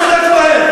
למה אתה שולט בהם?